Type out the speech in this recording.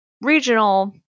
regional